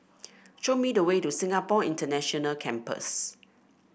show me the way to Singapore International Campus